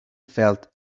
felt